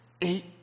eight